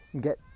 get